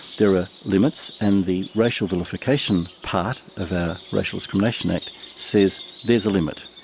there are limits, and the racial vilification part of our racial discrimination act says there's a limit.